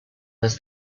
was